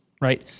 right